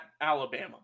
Alabama